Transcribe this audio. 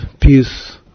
peace